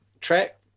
track